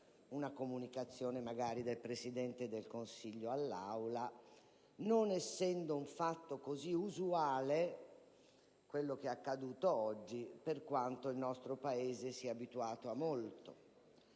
una comunicazione del Presidente del Consiglio all'Aula, non essendo un fatto così usuale quello che è accaduto oggi, per quanto il nostro Paese sia abituato a molto.